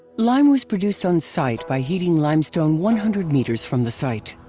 lime was produced on site by heating limestone one hundred meters from the site.